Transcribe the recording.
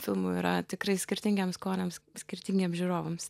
filmų yra tikrai skirtingiems skoniams skirtingiems žiūrovams